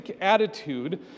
attitude